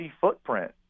footprint